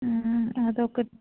అది ఒక